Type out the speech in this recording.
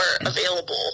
available